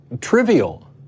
trivial